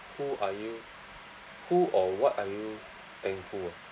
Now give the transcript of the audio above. who are you who or what are you thankful ah